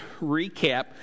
recap